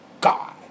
God